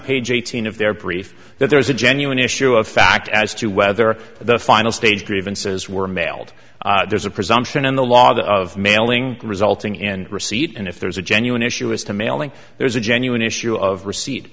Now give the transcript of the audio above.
page eighteen of their brief that there's a genuine issue of fact as to whether the final stage grievances were mailed there's a presumption in the law that of mailing resulting in a receipt and if there's a genuine issue as to mailing there's a genuine issue of receipt